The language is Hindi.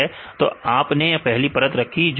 तो आपने पहली परत रखी